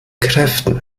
kräften